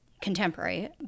contemporary